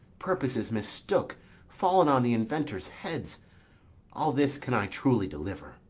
purposes mistook fall'n on the inventors' heads all this can i truly deliver.